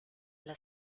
las